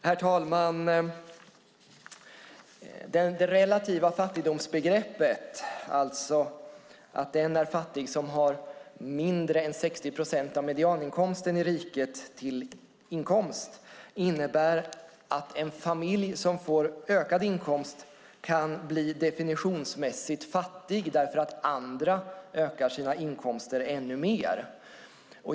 Herr talman! Begreppet relativ fattigdom, alltså att den är fattig som har mindre än 60 procent av medianinkomsten i riket, innebär att en familj som får ökad inkomst definitionsmässigt kan bli fattig därför att andra ökar sina inkomster ännu mer.